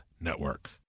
Network